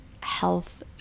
health